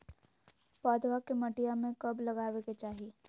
पौधवा के मटिया में कब लगाबे के चाही?